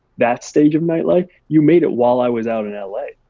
that stage of nightlife, you made it while i was out in l a.